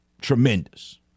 tremendous